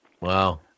Wow